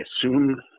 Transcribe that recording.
assume